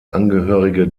angehörige